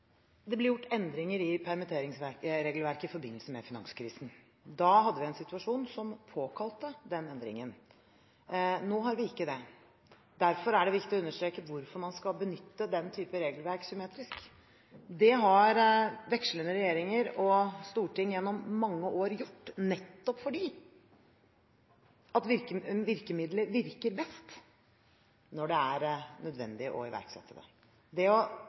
Det ble gjort endringer i permitteringsregelverket i forbindelse med finanskrisen. Da hadde vi en situasjon som påkalte den endringen. Nå har vi ikke det. Derfor er det viktig å understreke hvorfor man skal benytte den type regelverk symmetrisk. Det har vekslende regjeringer og storting gjennom mange år gjort, nettopp fordi virkemidler virker best når det er nødvendig å iverksette det. Det å